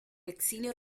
exilio